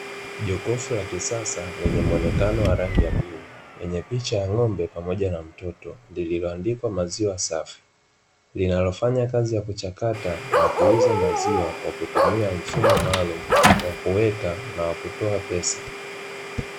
Jokofu la kisasa lenye mwonekano wa rangi ya bluu, lenye picha ya ng'ombe pamoja na mtoto. Lililoandikwa "maziwa safi" linalofanya kazi ya kuchakata, na kuuza maziwa kwa kutumia mfumo maalumu, wa kuweka na wa kutoa pesa.